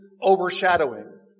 overshadowing